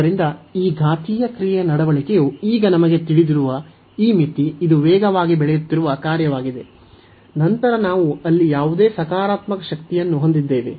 ಆದ್ದರಿಂದ ಈ ಘಾತೀಯ ಕ್ರಿಯೆಯ ನಡವಳಿಕೆಯು ಈಗ ನಮಗೆ ತಿಳಿದಿರುವ ಈ ಮಿತಿ ಇದು ವೇಗವಾಗಿ ಬೆಳೆಯುತ್ತಿರುವ ಕಾರ್ಯವಾಗಿದೆ ನಂತರ ನಾವು ಅಲ್ಲಿ ಯಾವುದೇ ಸಕಾರಾತ್ಮಕ ಶಕ್ತಿಯನ್ನು ಹೊಂದಿದ್ದೇವೆ